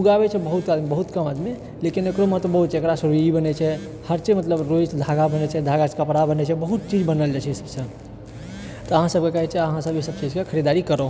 उगाबै छै बहुत आदमी बहुत कम आदमी लेकिन एकरो मत बहुत छै एकरासँ रुइ बनै छै हर चीज मतलब रुइ धागा बनै छै कपड़ा बनै छै बहुत चीज बनाएल जाइ छै एहि सभसँ तऽ अहाँ सभकेँ कहै छै अहाँ सभ एहि सभ चीज कऽ खरीदारी करू